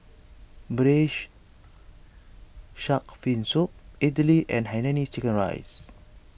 Braised Shark Fin Soup Idly and Hainanese Chicken Rice